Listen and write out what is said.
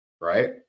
right